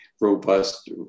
robust